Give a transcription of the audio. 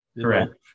Correct